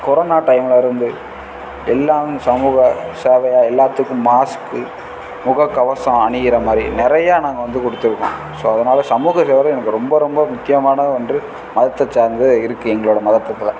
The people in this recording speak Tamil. கொரோனா டைமில் இருந்து எல்லாம் சமூக சேவையாக எல்லாத்துக்கும் மாஸ்க்கு முக கவசம் அணிகிற மாதிரி நிறையா நாங்கள் வந்து கொடுத்துருக்கோம் ஸோ அதனால் சமூக சேவை எனக்கு ரொம்ப ரொம்ப முக்கியமான ஒன்று மதத்தை சார்ந்தே இருக்குது எங்களோடய மதத்துக்களில்